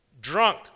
drunk